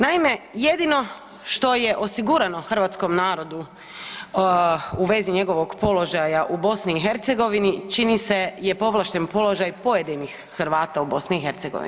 Naime, jedino što je osigurano hrvatskom narodu u vezi njegovog položaja u BiH čini se je povlašten položaj pojedinih Hrvata u BiH.